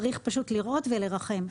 צריך לראות ולרחם,